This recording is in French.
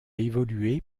évolué